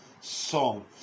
song